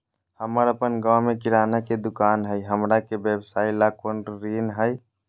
हमर अपन गांव में किराना के दुकान हई, हमरा के व्यवसाय ला कोई ऋण हई?